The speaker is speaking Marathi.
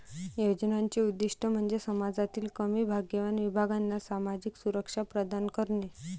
योजनांचे उद्दीष्ट म्हणजे समाजातील कमी भाग्यवान विभागांना सामाजिक सुरक्षा प्रदान करणे